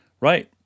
Right